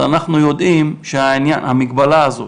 אבל אנחנו יודעים שהמגבלה הזאת,